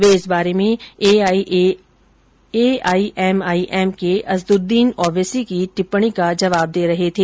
वे इस बारे में एआईएमआईएम को असद्द्दीन ओवैसी की टिप्पणी का जवाब दे रहे थे